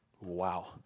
Wow